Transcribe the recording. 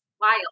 Wild